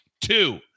two